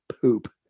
poop